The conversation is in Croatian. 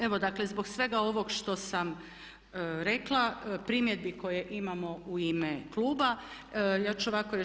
Evo dakle zbog svega ovog što sam rekla, primjedbi koje imamo u ime kluba ja ću ovako reći.